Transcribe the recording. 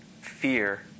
fear